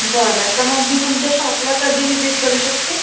बरं तर मग मी तुमच्या शॉपला कधी व्हिजिट करू शकते